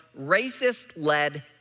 racist-led